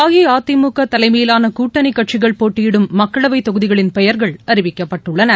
அஇஅதிமுகதலைமையிலானகூட்டணிகடசிகள் போட்டியிடும் மக்களவைதொகுதிகளின் பெயர்கள் அறிவிக்க்ப்பட்டுள்ளன